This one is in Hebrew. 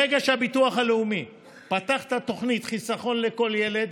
ברגע שהביטוח הלאומי פתח את התוכנית חיסכון לכל ילד,